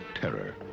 Terror